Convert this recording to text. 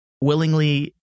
Willingly